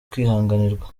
kwihanganirwa